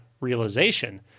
realization